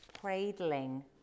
cradling